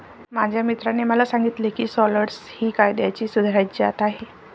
माझ्या मित्राने मला सांगितले की शालॉट्स ही कांद्याची सुधारित जात आहे